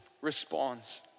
responds